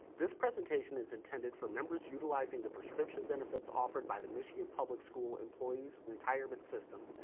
this presentation is intended for members utilizing the prescription benefits offered by the michigan public school employees' retirement system,